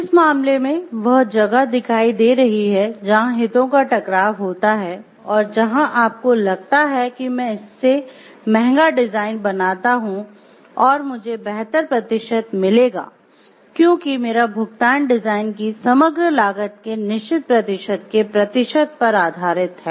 इस मामले में वह जगह दिखाई दे रही है जहां हितों का टकराव होता है और जहां आपको लगता है कि मैं इससे महंगा डिज़ाइन बनाता हूं और मुझे बेहतर प्रतिशत मिलेगा क्योंकि मेरा भुगतान डिज़ाइन की समग्र लागत के निश्चित प्रतिशत के प्रतिशत पर आधारित है